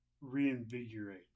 reinvigorate